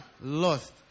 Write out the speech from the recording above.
lost